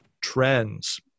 trends